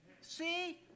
See